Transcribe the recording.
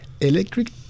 electric